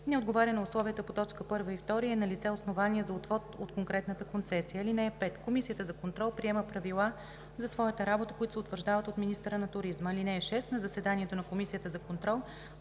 не отговаря на условията по т. 1 и 2 и е налице основание за отвод от конкретната концесия. (5) Комисията за контрол приема правила за своята работа, които се утвърждават от министъра на туризма. (6) На заседанията на Комисията за контрол